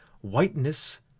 whiteness